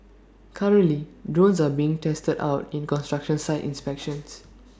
currently drones are being tested out in construction site inspections